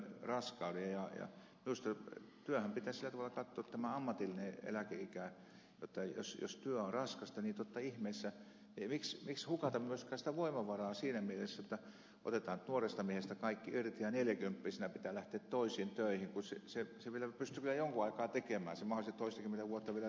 minusta työssähän pitäisi sillä tavalla katsoa tämä ammatillinen eläkeikä jotta jos työ on raskasta niin totta ihmeessä miksi hukata myöskään sitä voimavaraa siinä mielessä jotta otetaan nuoresta miehestä kaikki irti ja neljäkymppisenä pitää lähteä toisiin töihin kun se vielä pystyy jonkun aikaa tekemään sitä mahdollisesti toistakymmentä vuotta vielä ammattityötä